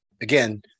again